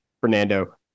Fernando